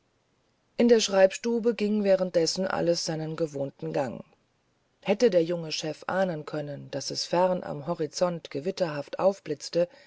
in der schreibstube ging währenddem alles seinen gewohnten gang hätte der junge chef ahnen können daß es fern am horizont gewitterhaft aufblitze